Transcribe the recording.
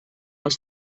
els